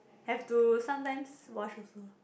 have to sometimes wash also